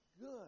good